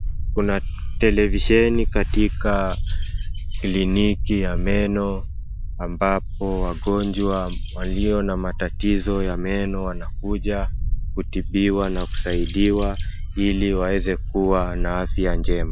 Kuna televisheni katika kliniki ya meno ambapo wagonjwa walio na matatizo ya meno wanakuja kutibiwa na kusaidiwa ili kuwa ana afya njema.